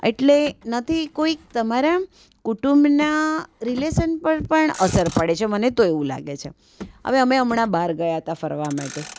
એટલે નથી કોઈ તમારા કુટુંબના રિલેશન પર પણ અસર પડે છે મને તો એવું લાગે છે હવે હમણાં બહાર ગયા હતા ફરવા માટે